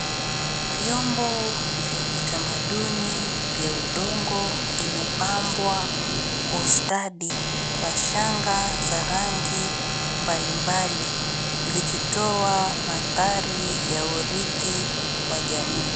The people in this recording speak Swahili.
Vyombo vya kitamaduni vya udongo vimepambwa kwa ustadi kwa shanga za rangi mbalimbali vikitoa maandhari ya urithi wa jamii.